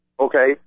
okay